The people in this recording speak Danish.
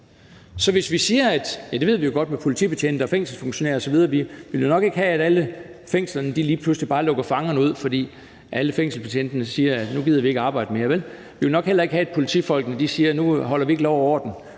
I forhold til politibetjente og fængselsfunktionærer osv. ville vi jo nok ikke have, at alle fængslerne lige pludselig bare lukkede fangerne ud, fordi alle fængselsbetjentene sagde: Nu gider vi ikke arbejde mere. Vi ville nok heller ikke have, at politifolkene siger: Nu opretholder vi ikke længere